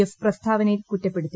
F പ്രസ്താവനയിൽ കുറ്റപ്പെടുത്തി